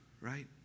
right